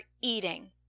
eating